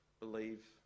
Believe